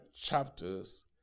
chapters